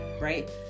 right